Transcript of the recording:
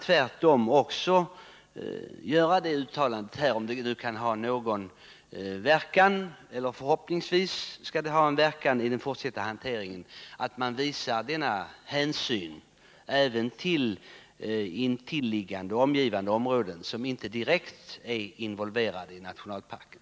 Tvärtom vill jag göra det uttalandet, som förhoppningsvis har en verkan på den fortsatta hanteringen, att man bör visa hänsyn även till omgivande områden som inte direkt är involverade med nationalparkerna.